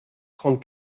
trente